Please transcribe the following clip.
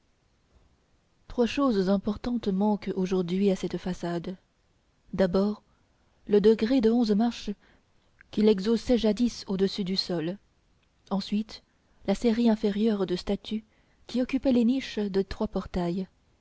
trois choses importantes manquent aujourd'hui à cette façade d'abord le degré de onze marches qui l'exhaussait jadis au-dessus du sol ensuite la série inférieure de statues qui occupait les niches des trois portails